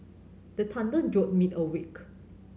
the thunder jolt me awake